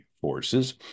forces